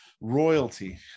royalty